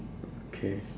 okay